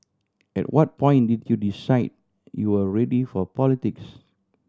at what point did you decide you were ready for politics